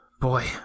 Boy